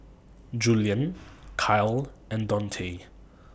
Juliann Kyle and Dontae